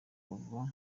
kuva